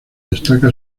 destaca